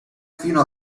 fino